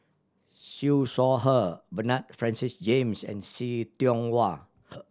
Siew Shaw Her Bernard Francis James and See Tiong Wah